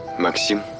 maksim.